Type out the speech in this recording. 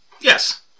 Yes